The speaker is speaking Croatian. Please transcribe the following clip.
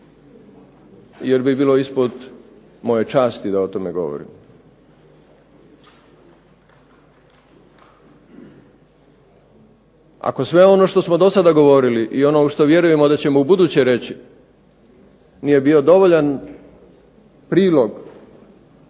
jer bi bilo ispod moje časti da o tome govorim. Ako sve ono što smo do sada govorili i ono u što vjerujemo da ćemo ubuduće reći nije bio dovoljan prilog